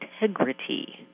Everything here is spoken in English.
integrity